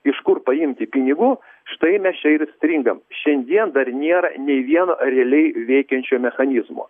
iš kur paimti pinigų štai mes čia ir stringam šiandien dar nėra nei vieno realiai veikiančio mechanizmo